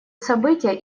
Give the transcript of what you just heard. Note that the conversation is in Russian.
события